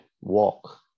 walk